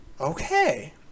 okay